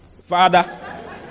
Father